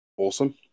Awesome